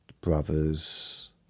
brothers